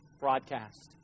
broadcast